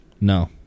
No